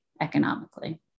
economically